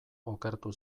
okertu